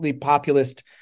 populist